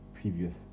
previous